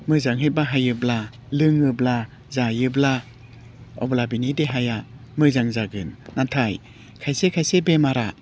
मोजाङै बाहायोब्ला लोङोब्ला जायोब्ला अब्ला बेनि देहाया मोजां जागोन नाथाय खायसे खायसे बेमारा